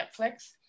Netflix